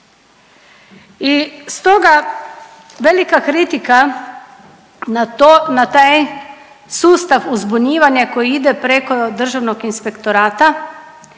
I stoga velika kritika na to, na taj sustav uzbunjivanja koji ide preko državnog inspektorata